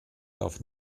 darf